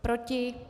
Proti?